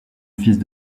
office